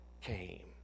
came